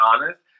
honest